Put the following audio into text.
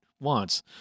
wants